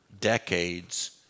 decades